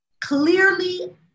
Clearly